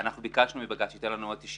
אנחנו ביקשנו מבג"ץ שייתן לנו עוד 90